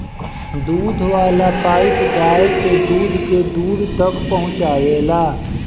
दूध वाला पाइप गाय के दूध के दूर तक पहुचावेला